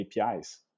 APIs